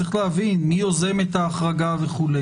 צריך להבין מי יוזם את ההחרגה וכו'.